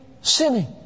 sinning